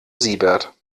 siebert